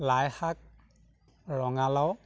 লাই শাক ৰঙালাও